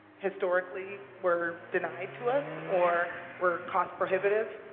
historically, were denied to us or were cost-prohibitive.